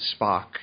Spock